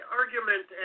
argument